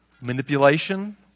manipulation